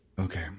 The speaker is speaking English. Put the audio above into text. Okay